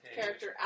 character